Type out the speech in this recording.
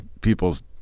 people's